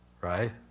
Right